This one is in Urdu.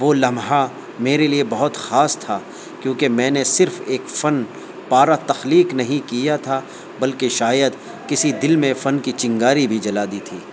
وہ لمحہ میرے لیے بہت خاص تھا کیونکہ میں نے صرف ایک فن پارا تخلیق نہیں کیا تھا بلکہ شاید کسی دل میں فن کی چنگاری بھی جلا دی تھی